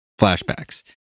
flashbacks